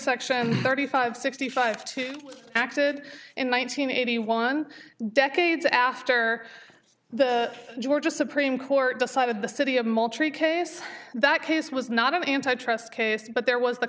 section thirty five sixty five two acted in one nine hundred eighty one decades after the georgia supreme court decided the city of moore tree case that case was not an antitrust case but there was the